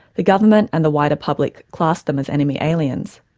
the government and the wider public classed them as enemy aliens.